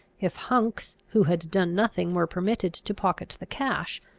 if hunks who had done nothing were permitted to pocket the cash,